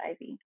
IV